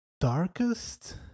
darkest